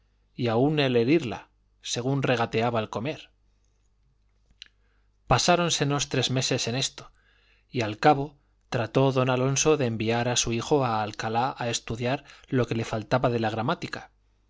y aun el herirla según regateaba el comer pasáronsenos tres meses en esto y al cabo trató don alonso de enviar a su hijo a alcalá a estudiar lo que le faltaba de la gramática